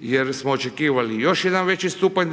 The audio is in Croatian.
jer smo očekivali još jedan veći stupanj